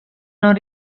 non